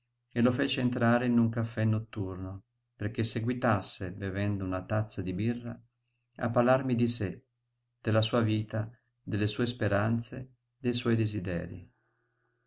e lo feci entrare in un caffè notturno perché seguitasse bevendo una tazza di birra a parlarmi di sé della sua vita delle sue speranze dei suoi desiderii